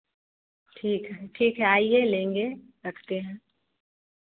ठीक है ठीक है आइए लेंगे रखते हैं